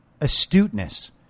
astuteness